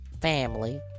family